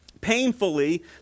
painfully